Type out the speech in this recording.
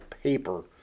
paper